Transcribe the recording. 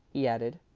he added.